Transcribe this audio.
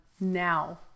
now